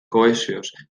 kohesioz